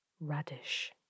Radish